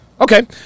Okay